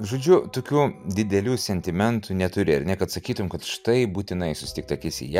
žodžiu tokių didelių sentimentų neturi ar ne kad sakytum kad štai būtina susitikti akis į a